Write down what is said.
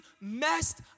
messed